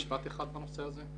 אפשר משפט אחד בנושא הזה?